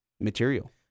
material